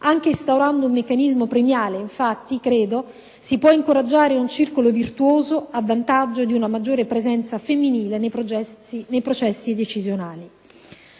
Anche instaurando un meccanismo premiale, infatti, credo si possa incoraggiare un circolo virtuoso a vantaggio di una maggiore presenza femminile nei processi decisionali.